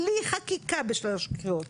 בלי חקיקה בשלוש קריאות,